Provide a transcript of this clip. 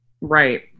right